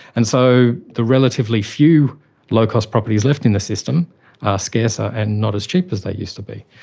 and so the relatively few low-cost properties left in the system are scarcer and not as cheap as they used to be.